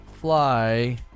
fly